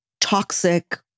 toxic